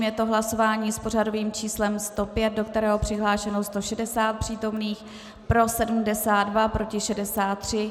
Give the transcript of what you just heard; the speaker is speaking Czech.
Je to hlasování s pořadovým číslem 105, do kterého je přihlášeno 160 přítomných, pro 72, proti 63.